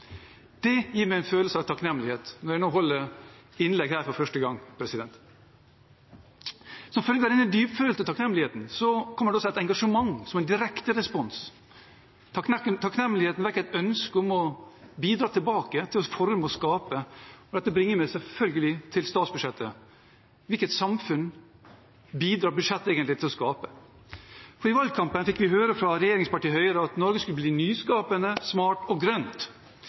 Det gir meg en følelse av takknemlighet når jeg nå holder innlegg her for første gang. Som følge av denne dyptfølte takknemligheten kommer det også et engasjement som en direkte respons. Takknemligheten vekker et ønske om å bidra tilbake, til å forme og skape. Dette bringer meg selvfølgelig til statsbudsjettet – hvilket samfunn bidrar budsjettet egentlig til å skape? I valgkampen fikk vi høre fra regjeringspartiet Høyre at Norge skulle bli nyskapende, smartere og grønt.